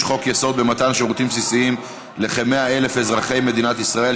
חוקי-יסוד במתן שירותים בסיסיים לכ-100,000 אזרחי מדינת ישראל,